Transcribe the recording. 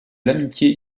l’amitié